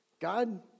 God